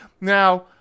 Now